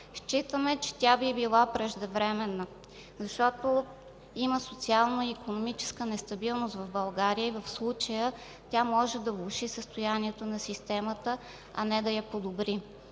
Считаме, че тя би била преждевременна, защото има социално-икономическа нестабилност в България и в случая тя може да влоши състоянието на системата, а не да я подобри.